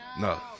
No